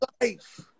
life